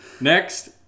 Next